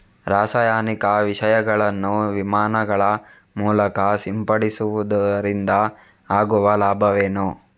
ರಾಸಾಯನಿಕ ವಿಷಗಳನ್ನು ವಿಮಾನಗಳ ಮೂಲಕ ಸಿಂಪಡಿಸುವುದರಿಂದ ಆಗುವ ಲಾಭವೇನು?